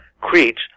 Crete